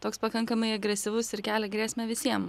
toks pakankamai agresyvus ir kelia grėsmę visiems